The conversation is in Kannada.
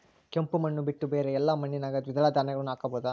ಕೆಂಪು ಮಣ್ಣು ಬಿಟ್ಟು ಬೇರೆ ಎಲ್ಲಾ ಮಣ್ಣಿನಾಗ ದ್ವಿದಳ ಧಾನ್ಯಗಳನ್ನ ಹಾಕಬಹುದಾ?